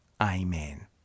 Amen